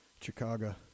Chicago